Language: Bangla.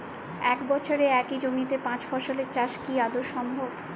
এক বছরে একই জমিতে পাঁচ ফসলের চাষ কি আদৌ সম্ভব?